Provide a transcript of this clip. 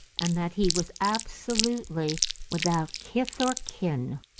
and that he was absolutely without kith or kin.